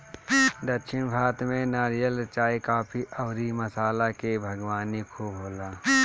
दक्षिण भारत में नारियल, चाय, काफी अउरी मसाला के बागवानी खूब होला